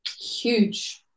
Huge